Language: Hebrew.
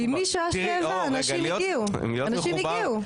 אנשים הגיעו, אנשים הגיעו.